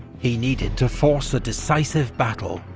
he needed to force a decisive battle,